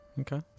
Okay